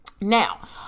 Now